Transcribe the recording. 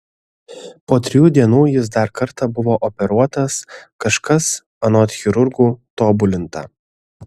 po trijų dienų jis dar kartą buvo operuotas kažkas anot chirurgų tobulinta